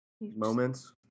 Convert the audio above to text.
moments